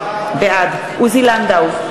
בעד עוזי לנדאו,